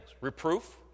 reproof